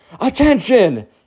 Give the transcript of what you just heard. attention